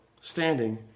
standing